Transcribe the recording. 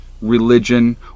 religion